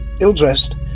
Ill-dressed